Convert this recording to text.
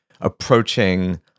approaching